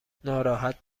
ناراحت